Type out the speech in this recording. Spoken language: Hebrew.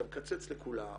אתה מקצץ לכולם,